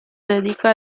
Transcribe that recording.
dedica